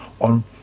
on